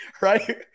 right